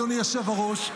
אדוני היושב-ראש,